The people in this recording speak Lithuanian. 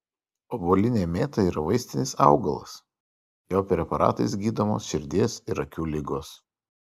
obuolinė mėta yra vaistinis augalas jo preparatais gydomos širdies ir akių ligos